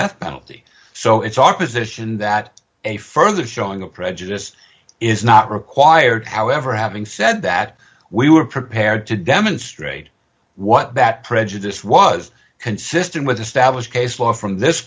death penalty so it's our position that a further showing a prejudice is not required however having said that we were prepared to demonstrate what that prejudice was consistent with established case law from this